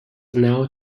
now